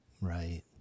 right